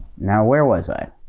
now, where was i?